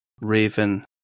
Raven